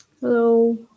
Hello